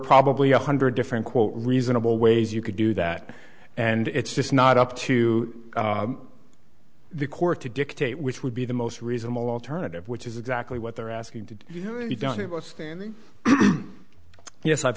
probably a hundred different quote reasonable ways you could do that and it's just not up to the court to dictate which would be the most reasonable alternative which is exactly what they're asking to be done about standing yes i've